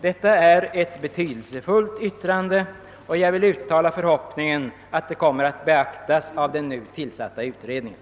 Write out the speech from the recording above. Detta är ett betydelsefullt uttalande, som jag hoppas kommer att beaktas av den nu tillsatta utredningen.